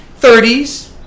30s